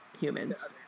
humans